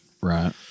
right